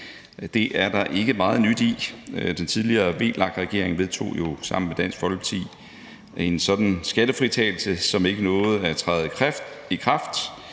Det er der ikke meget nyt i. Den tidligere VLAK-regering vedtog jo sammen med Dansk Folkeparti en sådan skattefritagelse, som ikke nåede at træde i kraft.